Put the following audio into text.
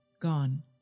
gone